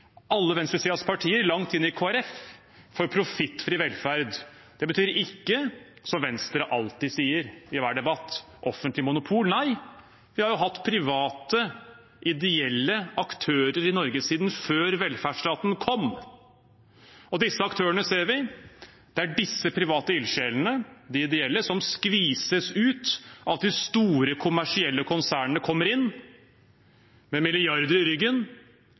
alle venstresidens partier, langt inn i Kristelig Folkeparti, for profittfri velferd. Det betyr ikke, som Venstre alltid sier i hver debatt, offentlig monopol. Nei, vi har hatt private ideelle aktører i Norge siden før velferdsstaten kom. Det er disse aktørene, disse private ildsjelene, de ideelle, som skvises ut av at de store kommersielle konsernene kommer inn med milliarder i ryggen.